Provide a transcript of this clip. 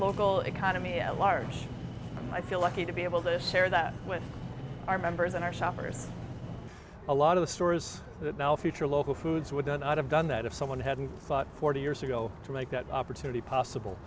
local economy at large and i feel lucky to be able to share that with our members and our shoppers a lot of the stores that now future local foods would not have done that if someone hadn't thought forty years ago to make that opportunity possible